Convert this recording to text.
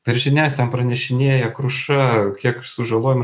per žinias pranešinėja kruša kiek sužalojimų